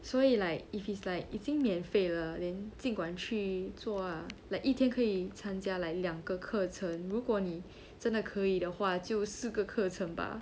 所以 like if it's like 已经免费了 then 尽管去做 ah 一天可以参加 like 两个课程如果你真的可以的话就四个课程吧